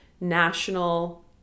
national